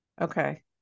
okay